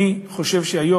אני חושב שהיום,